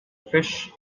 fish